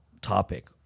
topic